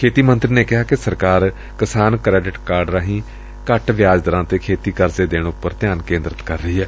ਖੇਤੀ ਮੰਤਰੀ ਨੇ ਕਿਹਾ ਕਿ ਸਰਕਾਰ ਕਿਸਾਨ ਕਰੈਡਿਟ ਰਾਹੀਂ ਘੱਟ ਵਿਆਜ ਦਰਾਂ ਤੇ ਖੇਤੀ ਕਰਜ਼ੇ ਦੇਣ ਉਪਰ ਧਿਆਨ ਕੇਂਦਰਿਤ ਕਰ ਰਹੀ ਏ